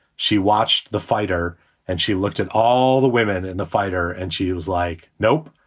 she watched the fighter and she looked at all the women in the fighter, and she was like, nope,